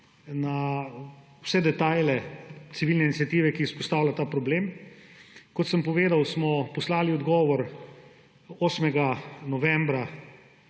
na vse detajle civilne iniciative, ki izpostavlja ta problem. Kot sem povedal, smo poslali odgovor 8. novembra,